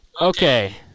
okay